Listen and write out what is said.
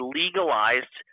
legalized